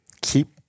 keep